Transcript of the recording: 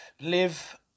Live